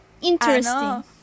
interesting